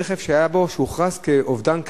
רכב שהוכרז כאובדן,